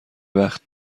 وقت